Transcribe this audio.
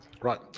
Right